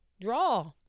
Draw